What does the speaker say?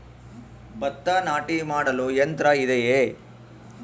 ಭತ್ತ ನಾಟಿ ಮಾಡಲು ಯಂತ್ರ ಇದೆಯೇ?